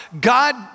God